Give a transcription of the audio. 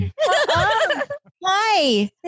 Hi